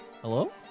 Hello